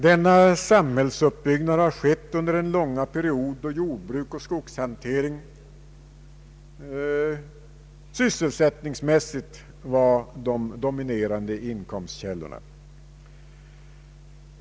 Denna samhällsuppbyggnad har skett under den långa period då jordbruk och skogshantering sysselsättningsmässigt var de dominerande inkomstkällorna.